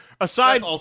Aside